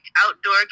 outdoor